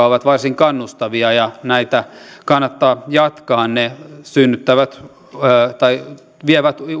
ovat varsin kannustavia ja näitä kannattaa jatkaa ne vievät